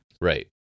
Right